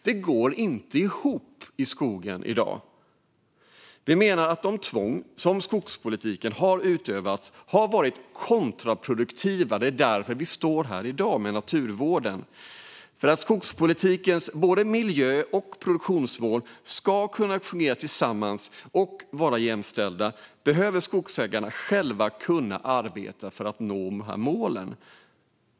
Det går inte ihop i skogen i dag. Vi menar att det tvång som utövats inom skogspolitiken har varit kontraproduktivt för naturvården. Det är därför vi står här i dag. För att skogspolitikens miljö och produktionsmål ska kunna fungera tillsammans och vara jämställda behöver skogsägarna själva kunna arbeta för att nå båda målen.